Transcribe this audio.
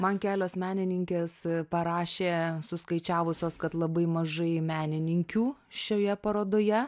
man kelios menininkės parašė suskaičiavusios kad labai mažai menininkių šioje parodoje